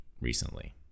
recently